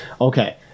Okay